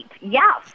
yes